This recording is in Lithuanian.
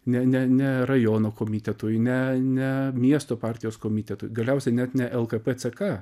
ne ne ne rajono komitetui ne ne miesto partijos komitetui galiausiai net ne lkp ck